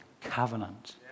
covenant